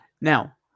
Now